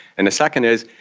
and the second is,